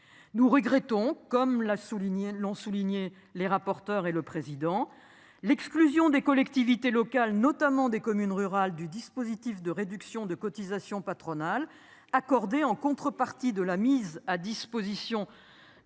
nous regrettons, comme l'a souligné l'ont souligné les rapporteurs et le président l'exclusion des collectivités locales notamment des communes rurales du dispositif de réduction de cotisations patronales accordées en contrepartie de la mise à disposition